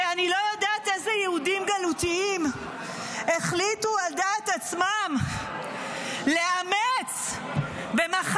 שאני לא יודעת איזה יהודים גלותיים החליטו על דעת עצמם לאמץ במחלה,